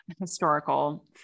historical